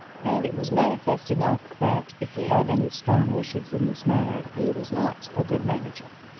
and it was manifest enough that if he had any strong wishes in this matter he was not a good manager.